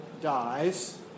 dies